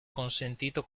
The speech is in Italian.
consentito